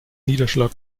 niederschlag